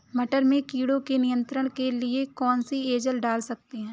मटर में कीटों के नियंत्रण के लिए कौन सी एजल डाल सकते हैं?